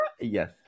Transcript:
Yes